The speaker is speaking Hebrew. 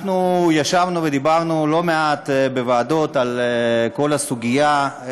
ישבנו ודיברנו לא מעט בוועדות על כל הסוגיה,